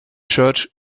church